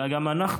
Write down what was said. וגם אנחנו,